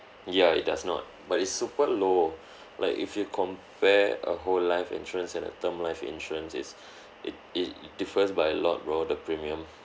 ya it does not but it's super low like if you compare a whole life insurance and a term life insurance is it it differs by lot bro the premium